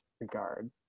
regard